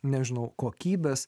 nežinau kokybės